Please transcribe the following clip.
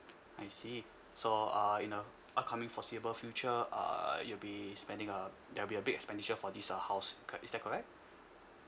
I see so err in a upcoming foreseeable future err you'll be spending uh there will be a big expenditure for this uh house cor~ is that correct